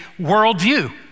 worldview